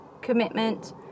commitment